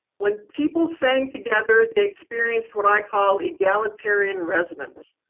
when people sang together they experienced what i call egalitarian resonance.